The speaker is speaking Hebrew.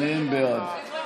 שניהם בעד,